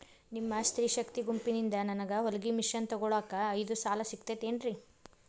ನಿಮ್ಮ ಸ್ತ್ರೇ ಶಕ್ತಿ ಗುಂಪಿನಿಂದ ನನಗ ಹೊಲಗಿ ಮಷೇನ್ ತೊಗೋಳಾಕ್ ಐದು ಸಾಲ ಸಿಗತೈತೇನ್ರಿ?